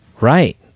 Right